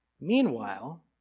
Meanwhile